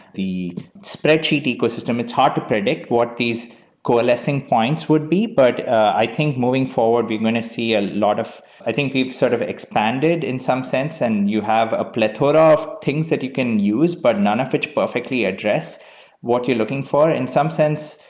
the spreadsheet ecosystem. it's hard to predict what these coalescing points would be, but i think moving forward, we're going to see a lot of i think we've sort of expanded in some sense, and you have a plethora of things that you can use, but none of which perfectly address what you're looking for. in some sense,